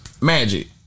magic